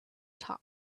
top